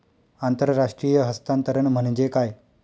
आंतरराष्ट्रीय हस्तांतरण म्हणजे काय?